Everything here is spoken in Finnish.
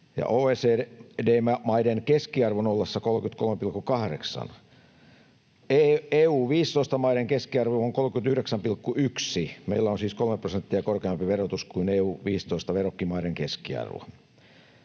OECD-maiden keskiarvon ollessa 33,8. EU15-maiden keskiarvo on 39,1. Meillä on siis 3 prosenttia korkeampi verotus kuin EU15-verrokkimaiden keskiarvo.